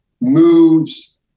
moves